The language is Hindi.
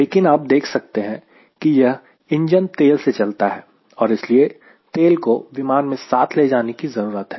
लेकिन आप देख सकते हैं कि यह इंजन तेल से चलता है इसलिए तेल को विमान में साथ ले जाने की जरूरत है